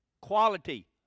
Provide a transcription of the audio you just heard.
quality